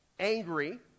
Angry